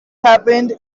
happened